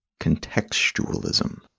contextualism